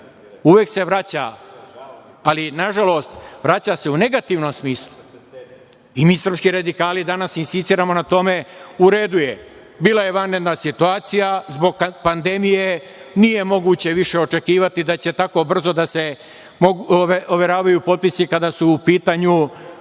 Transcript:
uvek se vraća, ali nažalost, vraća se u negativnom smislu. Mi srpski radikali danas insistiramo na tome. U redu je, bila je vanredna situacija zbog pandemije, nije moguće više očekivati da će tako brzo da se overavaju potpisi kada su u pitanju